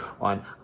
on